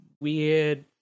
weird